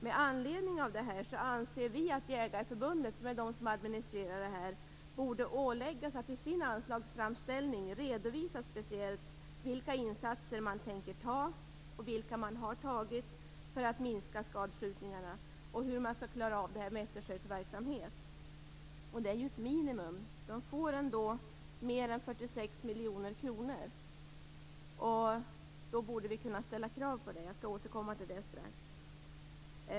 Med anledning av det här anser vi att Jägareförbundet, som administrerar det här, borde åläggas att i sin anslagsframställning speciellt redovisa vilka insatser man tänker göra och vilka man har gjort för att minska skadskjutningarna och hur man skall klara av eftersöksverksamheten. Det är ju ett minimum. Man får ändå mer än 46 miljoner kronor, och då borde vi kunna ställa krav. Jag skall återkomma till det strax.